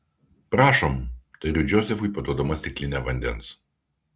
prašom tariu džozefui paduodama stiklinę vandens